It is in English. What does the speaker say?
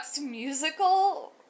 musical